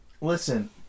Listen